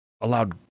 allowed